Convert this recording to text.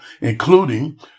including